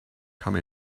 come